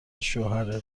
شوهر